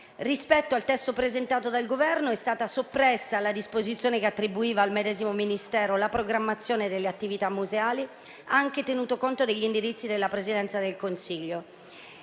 Rispetto al testo presentato dal Governo è stata soppressa la disposizione che attribuiva al medesimo Ministero la programmazione delle attività museali anche tenuto conto degli indirizzi della Presidenza del Consiglio.